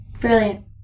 Brilliant